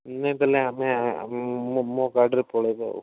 ନାଇଁ ତାହାଲେ ଆମେ ମୋ ମୋ ଗାଡ଼ିରେ ପଳେଇବୁ ଆଉ